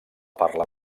parla